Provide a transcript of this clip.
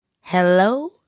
hello